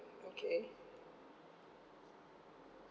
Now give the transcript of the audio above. okay